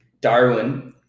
Darwin